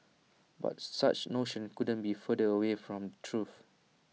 but such notions couldn't be further away from the truth